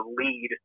lead